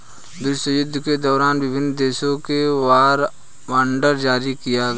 विश्वयुद्धों के दौरान विभिन्न देशों ने वॉर बॉन्ड जारी किया